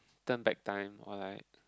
turn back time or like